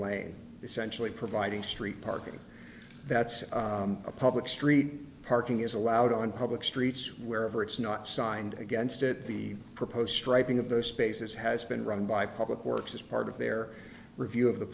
lane essentially providing street parking that's a public street parking is allowed on public streets wherever it's not signed against it the proposed striping of those spaces has been run by public works as part of their review of the